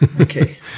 Okay